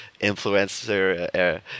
influencer